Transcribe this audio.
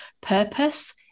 purpose